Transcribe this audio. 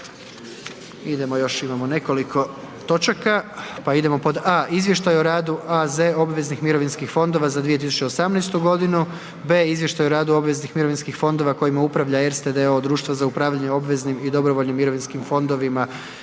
Idemo još imamo nekoliko točaka pa idemo pod: a) Izvještaj o radu AZ obveznih mirovinskih fondova za 2018. g. a) Izvještaj radu obveznih mirovinskih fondova kojima upravlja Erste d.o.o., društvo za upravljanje obveznim i dobrovoljnim mirovinskim fondovima